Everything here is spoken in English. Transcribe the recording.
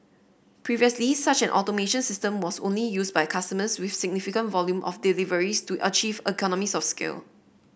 previously such an automation system was only used by customers with significant volume of deliveries to achieve economies of scale